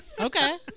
Okay